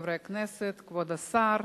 עוברים לנושא הבא על סדר-היום: